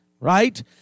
right